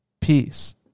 Peace